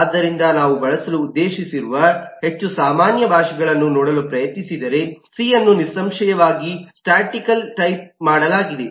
ಆದ್ದರಿಂದ ನಾವು ಬಳಸಲು ಉದ್ದೇಶಿಸಿರುವ ಹೆಚ್ಚು ಸಾಮಾನ್ಯ ಭಾಷೆಗಳನ್ನು ನೋಡಲು ಪ್ರಯತ್ನಿಸಿದರೆಸಿ ಅನ್ನು ನಿಸ್ಸಂಶಯವಾಗಿ ಸ್ಟಾಟಿಕಲಿ ಟೈಪ್ ಮಾಡಲಾಗಿದೆ